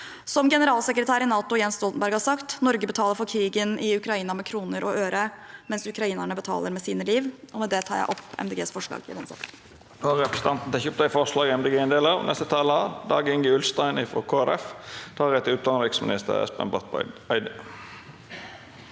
Som generalsekretær i NATO Jens Stoltenberg har sagt: Norge betaler for krigen i Ukraina med kroner og øre, mens ukrainerne betaler med sitt liv. Og med det tar jeg opp Miljøpartiet